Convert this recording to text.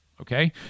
Okay